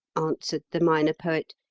answered the minor poet,